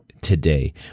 today